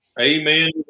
Amen